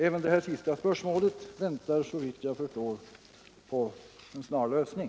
Även detta sista spörsmål väntar såvitt jag förstår på sin lösning.